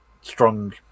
strong